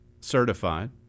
certified